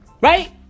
right